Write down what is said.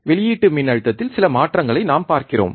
வெளியீட்டு மின்னழுத்தத்தில் சில மாற்றங்களை நாம் பார்க்கிறோம்